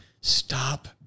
Stop